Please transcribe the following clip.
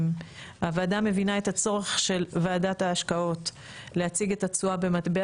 הוועדה מבינה את הצורך של ועדת ההשקעות להציג את התשואה במטבע